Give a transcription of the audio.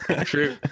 True